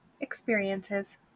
experiences